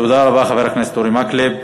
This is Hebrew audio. תודה רבה לחבר הכנסת אורי מקלב.